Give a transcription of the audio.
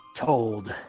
told